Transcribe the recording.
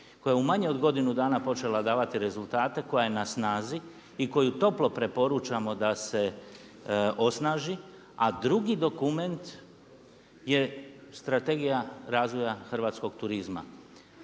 koja je u manje od godinu dana počela davati rezultate, koja je na snazi i koju toplo preporučamo da se osnaži. A drugi dokument je Strategija razvoja hrvatskog turizma.